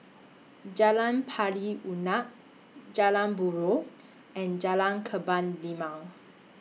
Jalan Pari Unak Jalan Buroh and Jalan Kebun Limau